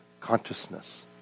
consciousness